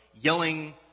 yelling